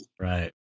Right